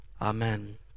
Amen